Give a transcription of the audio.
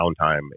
downtime